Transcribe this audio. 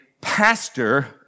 pastor